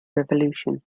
revolution